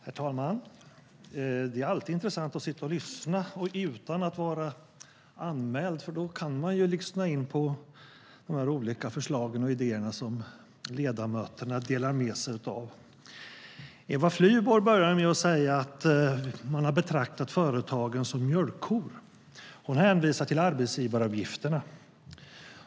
Herr talman! Det är alltid intressant att sitta och lyssna utan att vara anmäld. Då kan man lyssna in de olika förslag och idéer som ledamöterna delar med sig av. Eva Flyborg började med att säga att man har betraktat företagen som mjölkkor. Hon hänvisar till arbetsgivaravgifterna.